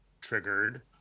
triggered